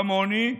כמוני,